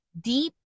deep